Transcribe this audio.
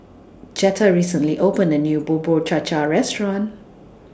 Jetta recently opened A New Bubur Cha Cha Restaurant